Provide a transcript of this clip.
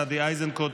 גדי איזנקוט,